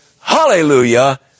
hallelujah